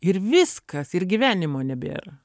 ir viskas ir gyvenimo nebėra